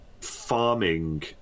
farming